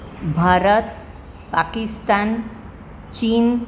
Bharat Pakistan Chin